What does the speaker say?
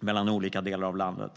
mellan olika delar av landet.